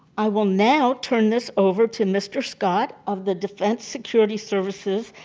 i will now turn this over to mr. scott of the defense security service's